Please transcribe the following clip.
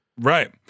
right